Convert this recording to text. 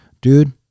Dude